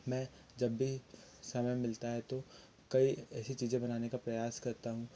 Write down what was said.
मैं जब भी समय मिलता है तो कई ऐसी चीज़ें बनाने का प्रयास करता हूँ